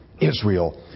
israel